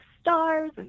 stars